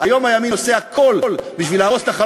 היום הימין עושה הכול בשביל להרוס את החלום